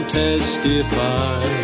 testify